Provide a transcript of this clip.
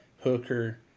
Hooker